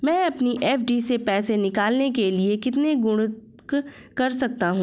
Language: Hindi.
मैं अपनी एफ.डी से पैसे निकालने के लिए कितने गुणक कर सकता हूँ?